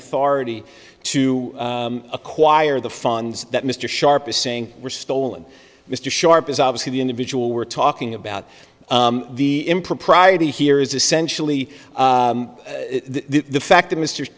authority to acquire the funds that mr sharp is saying were stolen mr sharp is obviously the individual we're talking about the impropriety here is essentially the fact that mr